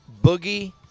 boogie